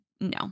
no